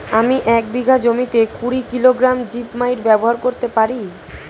আমি এক বিঘা জমিতে কুড়ি কিলোগ্রাম জিপমাইট ব্যবহার করতে পারি?